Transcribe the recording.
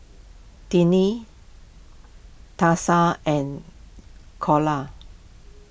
Tinie Tessa and Calla